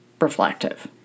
reflective